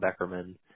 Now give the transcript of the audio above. Beckerman